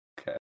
Okay